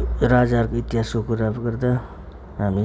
राजाहरूको इतिहासको कुरा गर्दा हामी